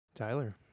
Tyler